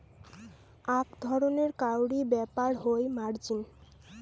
আক ধরণের কাউরী ব্যাপার হই মার্জিন